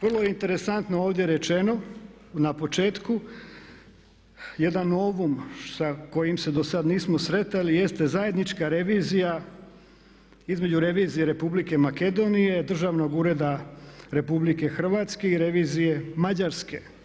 Vrlo je interesantno ovdje rečeno na početku, jedan novum sa kojim se do sad nismo sretali jeste zajednička revizija između revizije Republike Makedonije, Državnog ureda Republike Hrvatske i revizije Mađarske.